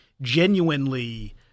genuinely